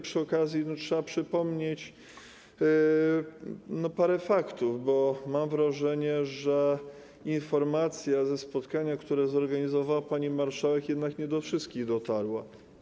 Przy okazji trzeba przypomnieć parę faktów, bo mam wrażenie, że informacja ze spotkania, które zorganizowała pani marszałek, jednak nie do wszystkich dotarła.